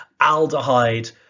aldehyde